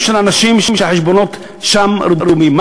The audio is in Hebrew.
של האנשים שהחשבונות שלהם שם רדומים.